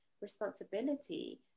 responsibility